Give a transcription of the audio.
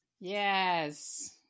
yes